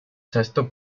sesto